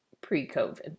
pre-Covid